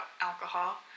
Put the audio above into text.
alcohol